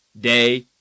day